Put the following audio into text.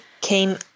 came